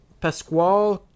Pasquale